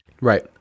Right